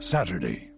Saturday